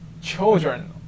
children